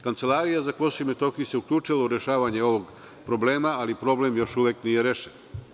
Kancelarija za KiM se uključila u rešavanje ovog problema, ali problem još uvek nije rešen.